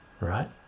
right